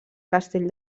castell